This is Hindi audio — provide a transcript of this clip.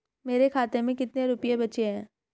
मेरे खाते में कितने रुपये बचे हैं?